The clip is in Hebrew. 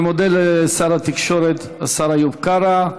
אני מודה לשר התקשורת, השר איוב קרא.